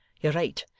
you're right.